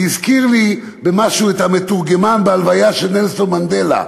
זה הזכיר לי במשהו את המתורגמן בהלוויה של נלסון מנדלה: